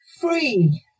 Free